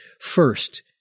First